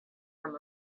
from